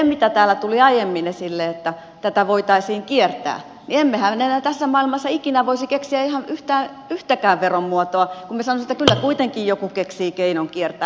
kun täällä tuli aiemmin esille että tätä voitaisiin kiertää niin emmehän me enää tässä maailmassa ikinä voisi keksiä ihan yhtäkään veromuotoa kun minä sanoisin että kyllä kuitenkin joku keksii keinon kiertää